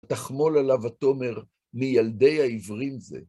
תחמול עליו התומר מילדי העברים זה.